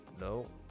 no